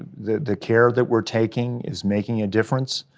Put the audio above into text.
the the care that we're taking is making a difference.